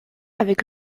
avec